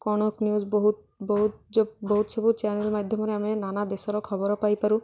Kanak news ବହୁତ ବହୁତ ବହୁତ ସବୁ ଚ୍ୟାନେଲ୍ ମାଧ୍ୟମରେ ଆମେ ନାନା ଦେଶର ଖବର ପାଇପାରୁ